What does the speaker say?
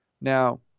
Now